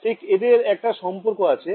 ঠিক এদের একটা সম্পর্ক আছে